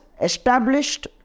established